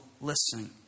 listening